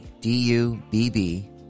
d-u-b-b